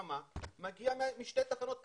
מגיע משתי תחנות פחמיות.